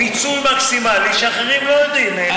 מיצוי מקסימלי שאחרים לא יודעים.